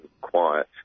quiet